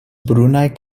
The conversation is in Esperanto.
brunaj